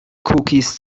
cookies